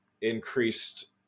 increased